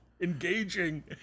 engaging